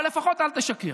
אבל לפחות אל תשקר.